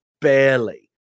barely